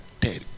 dead